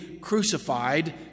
crucified